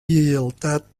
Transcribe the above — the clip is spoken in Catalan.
lleialtat